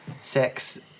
sex